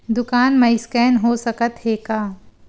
दुकान मा स्कैन हो सकत हे का?